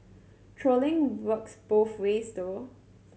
trolling works both ways though